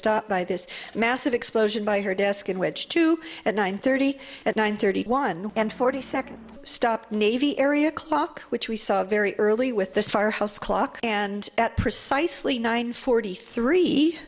stopped by this massive explosion by her desk in which two at nine thirty at nine thirty one and forty second stop navy area clock which we saw a very early with this firehouse clock and at precisely nine forty three